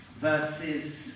verses